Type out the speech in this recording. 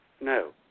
No